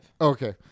Okay